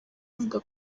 avuga